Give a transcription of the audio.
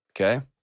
Okay